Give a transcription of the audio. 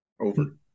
Over